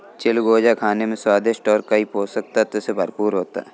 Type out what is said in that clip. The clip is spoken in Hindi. चिलगोजा खाने में स्वादिष्ट और कई पोषक तत्व से भरपूर होता है